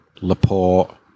Laporte